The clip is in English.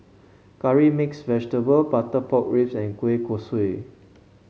Curry Mixed Vegetable Butter Pork Ribs and Kueh Kosui